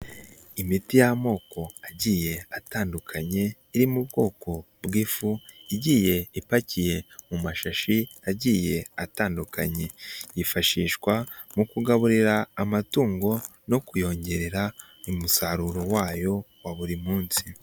Imiti y'amoko agiye atandukanye. Iri mu bwoko bw'ifu. Igiye ipakiye mu mashashi agiye atandukanye. Yifashishwa mu kugaburira amatungo no kuyongerera umusaruro wayo wa buri munsi.